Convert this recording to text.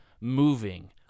moving